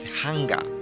hunger